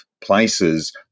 places